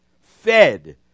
fed